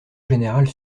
générale